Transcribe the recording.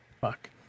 Fuck